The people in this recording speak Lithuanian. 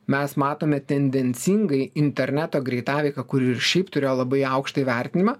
mes matome tendencingai interneto greitaveiką kuri ir šiaip turėjo labai aukštą įvertinimą